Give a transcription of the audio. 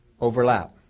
overlap